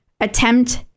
attempt